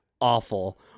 awful